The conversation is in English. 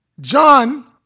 John